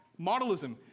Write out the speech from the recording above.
Modelism